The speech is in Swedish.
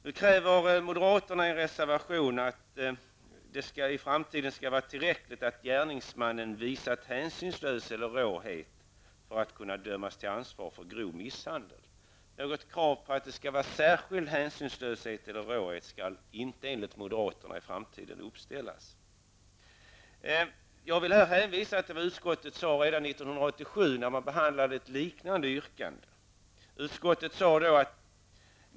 Nu kräver moderaterna i en reservation att det i framtiden skall vara tillräckligt att gärningsmannen visat hänsynslöshet eller råhet för att kunna dömas till ansvar för grov misshandel. Något krav på att det skall vara fråga om särskild hänsynslöshet eller råhet skall enligt moderaterna inte uppställas i framtiden. Låt mig hänvisa till vad utskottet sade 1987 när man behandlade ett liknande yrkande.